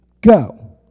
go